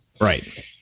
Right